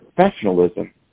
professionalism